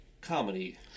comedy